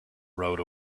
rode